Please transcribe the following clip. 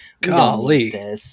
Golly